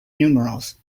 numerals